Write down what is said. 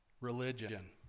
religion